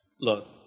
Look